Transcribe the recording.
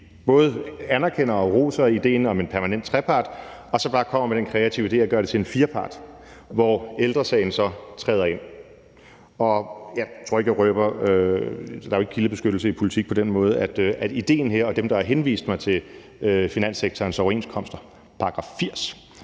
både anerkender og roser idéen om en permanent trepart, og at vi så også bare kommer med den kreative idé at gøre det til en firepart, hvor Ældre Sagen så træder ind. Der er jo på den måde ikke nogen kildebeskyttelse i politik, og jeg tror ikke, jeg røber noget ved at sige, at idéen her og dem, der har henvist mig til finanssektorens overenskomster, § 80,